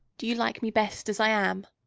do you like me best as i am?